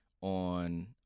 on